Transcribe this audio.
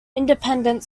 independent